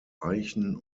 eichen